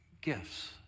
gifts